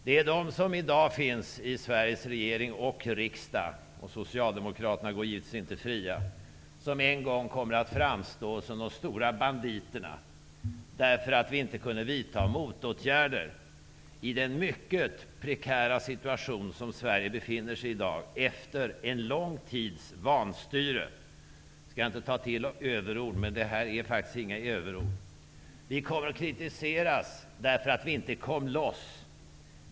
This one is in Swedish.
Det är de som i dag finns i Sveriges regering och riksdag -- Socialdemokraterna går givetvis inte fria -- som en gång kommer att framstå som de stora banditerna, de som är skyldiga till att vi inte kunde vidta motåtgärder i den mycket prekära situation som Sverige i dag befinner sig i efter en lång tids vanstyre. Jag skall inte ta till överord, men det här är faktiskt inga överord. Vi kommer att kritiseras för att vi inte kom loss.